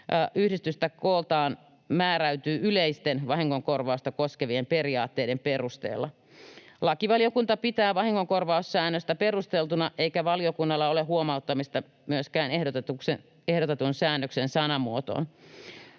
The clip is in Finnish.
yhdistystä kohtaan määräytyy yleisten vahingonkorvausta koskevien periaatteiden perusteella. Lakivaliokunta pitää vahingonkorvaussäännöstä perusteltuna, eikä valiokunnalla ole huomauttamista myöskään ehdotetun säännöksen sanamuotoon.